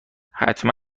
حتما